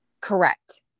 Correct